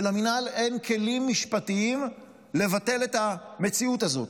ולמינהל אין כלים משפטיים לבטל את המציאות הזאת.